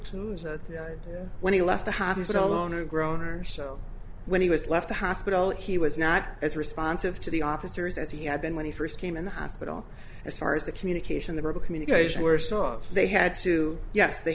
hospital when he left the hospital alone or grown or so when he was left the hospital he was not as responsive to the officers as he had been when he first came in the hospital as far as the communication the verbal communication were soft they had to yes they